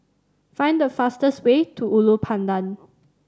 find the fastest way to Ulu Pandan